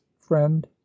friend